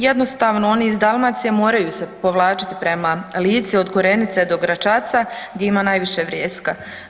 Jednostavno oni iz Dalmacije moraju se povlačiti prema Lici od Korenice do Gračaca gdje ima najviše vrijeska.